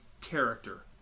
character